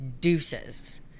Deuces